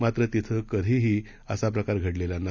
मात्र तिथं कधीही असा प्रकार घडलेला नाही